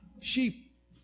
sheep